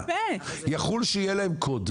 יחול שיהיה להם קוד,